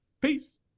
Peace